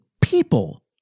people